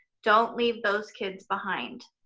don't leave those kids behind.